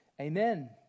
Amen